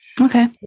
Okay